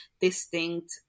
distinct